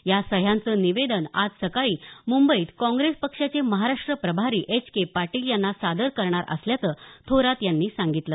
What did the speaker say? या सह्यांचं निवेदन आज सकाळी मुंबईत काँप्रेस पक्षाचे महाराष्ट्र प्रभारी एच के पाटील यांना सादर करणार असल्याचं थोरात यांनी सांगितलं